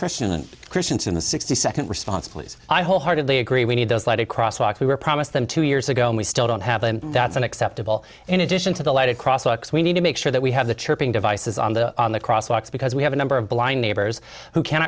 christian christianson the sixty second response please i wholeheartedly agree we need those lighted cross walk we were promised them two years ago and we still don't have them that's an acceptable in addition to the light across locks we need to make sure that we have the chirping devices on the on the cross walks because we have a number of blind neighbors who can